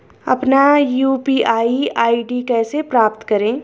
अपना UPI ID कैसे प्राप्त करें?